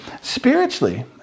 spiritually